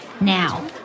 Now